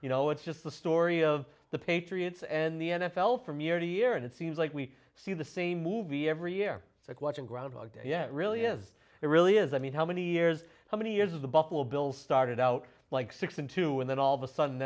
you know it's just the story of the patriots and the n f l from year to year and it seems like we see the same movie every year it's like watching groundhog day yeah it really is it really is i mean how many years how many years of the buffalo bill started out like six in two and then all the sudden